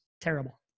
terrible